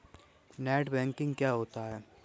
Net banking क्या होता है?